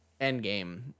Endgame